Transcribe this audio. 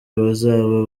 abazaba